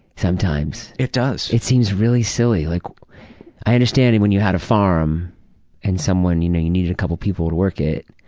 sometimes. it does. it seems really silly. like i understand and when you had a farm and you know you needed a couple of people to work it,